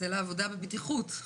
נצא לעבודה בבטיחות.